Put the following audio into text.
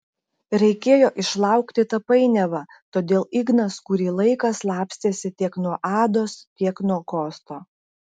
reikėjo išlaukti tą painiavą todėl ignas kurį laiką slapstėsi tiek nuo ados tiek nuo kosto